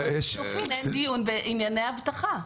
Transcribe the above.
כשאין דיון בענייני אבטחה.